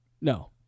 no